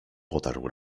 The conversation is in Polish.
potarł